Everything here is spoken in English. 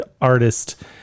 artist